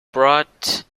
brought